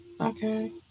okay